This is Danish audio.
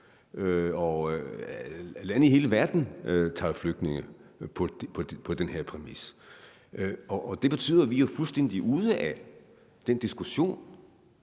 Lande i hele verden tager flygtninge på den her præmis, og det betyder, at vi er fuldstændig ude af den diskussion.